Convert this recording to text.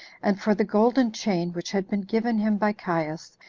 and for the golden chain which had been given him by caius,